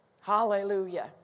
Hallelujah